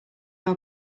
know